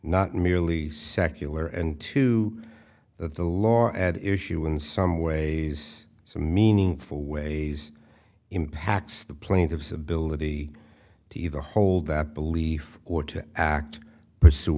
not merely secular and to the law at issue in some ways so meaningful ways impacts the plaintiff's ability to either hold that belief or to act